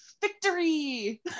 victory